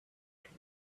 could